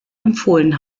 empfohlen